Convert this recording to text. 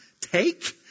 take